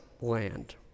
land